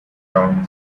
round